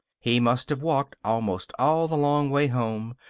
he must have walked almost all the long way home,